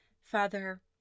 Father